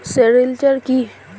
Sericulture কি?